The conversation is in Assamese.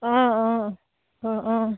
অঁ অঁ অঁ অঁ